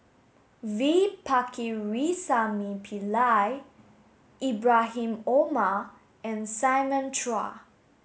V Pakirisamy Pillai Ibrahim Omar and Simon Chua